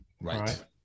right